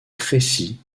crécy